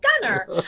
Gunner